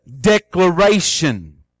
declaration